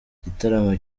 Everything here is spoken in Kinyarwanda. igitaramo